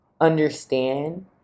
understand